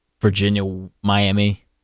Virginia-Miami